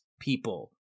people